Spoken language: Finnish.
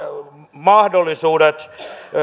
mahdollisuudet